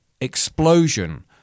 explosion